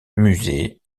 musées